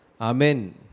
Amen